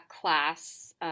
class